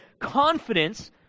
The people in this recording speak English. confidence